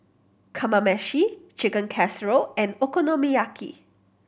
Kamameshi Chicken Casserole and Okonomiyaki